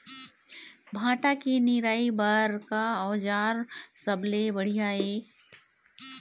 भांटा के निराई बर का औजार सबले बढ़िया ये?